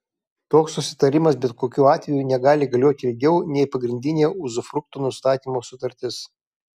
toks susitarimas bet kokiu atveju negali galioti ilgiau nei pagrindinė uzufrukto nustatymo sutartis